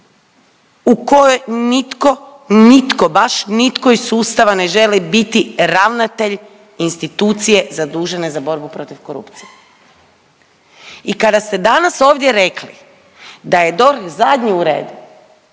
u kojoj nitko, nitko baš nitko iz sustava ne želi biti ravnatelj institucije zadužene za borbu protiv korupcije. I kada ste danas ovdje rekli da je DORH zadnji u redu,